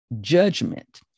judgment